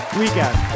weekend